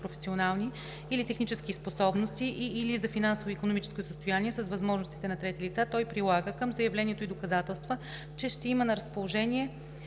или технически способности и/или за финансово и икономическо състояние с възможностите на трети лица, той прилага към заявлението и доказателства, че ще има на разположение